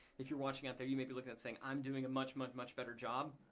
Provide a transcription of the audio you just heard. if you're watching out there you may be looking and saying i'm doing a much, much, much better job.